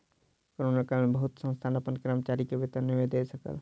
corona काल में बहुत संस्थान अपन कर्मचारी के वेतन नै दय सकल